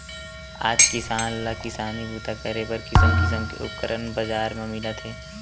आज किसान ल किसानी बूता करे बर किसम किसम के उपकरन बजार म मिलत हे